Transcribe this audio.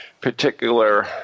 particular